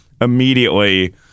immediately